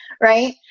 right